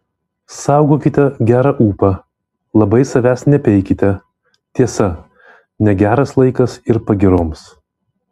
saugokite gerą ūpą labai savęs nepeikite tiesa negeras laikas ir pagyroms